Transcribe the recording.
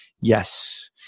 Yes